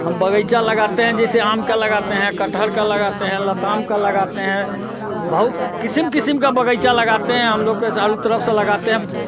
हम बगीचा लगाते हैं जैसे आम का लगाते हैं कटहल का लगाते हैं लताम का लगाते हैं बहुत किस्म किस्म का बगीचा लगाते हैं हम लोग के चारों तरफ से लगाते हैं